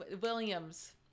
Williams